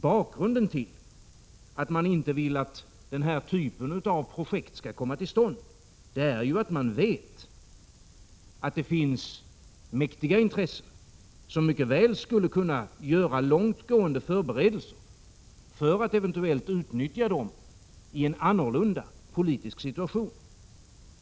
Bakgrunden till att man inte vill att den här typen av projekt skall komma till stånd är att man ju vet att det finns mäktiga intressen som mycket väl skulle kunna göra långtgående förberedelser för att eventuellt utnyttja dem i en annorlunda politisk situation.